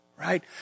Right